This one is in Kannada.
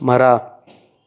ಮರ